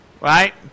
Right